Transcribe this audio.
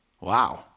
Wow